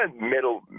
middle